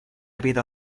habido